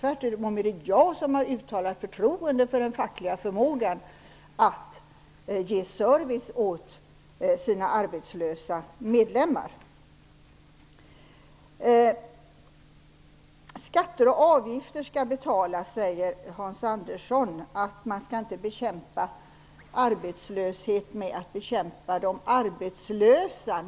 Tvärtom har jag uttalat förtroende för fackens förmåga att ge service åt sina arbetslösa medlemmar. Skatter och avgifter skall finansiera försäkringen, säger Hans Anderson och fortsätter med att säga att man inte skall bekämpa arbetslöshet med att bekämpa de arbetslösa.